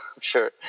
sure